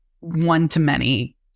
one-to-many